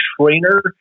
trainer